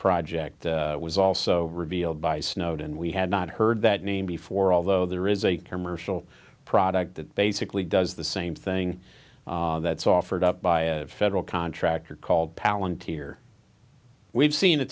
project was also revealed by snowden we had not heard that name before although there is a commercial product that basically does the same thing that's offered up by a federal contractor called palin tier we've seen a